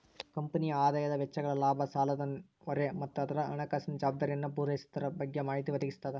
ಕಂಪನಿಯ ಆದಾಯ ವೆಚ್ಚಗಳ ಲಾಭ ಸಾಲದ ಹೊರೆ ಮತ್ತ ಅದರ ಹಣಕಾಸಿನ ಜವಾಬ್ದಾರಿಯನ್ನ ಪೂರೈಸೊದರ ಬಗ್ಗೆ ಮಾಹಿತಿ ಒದಗಿಸ್ತದ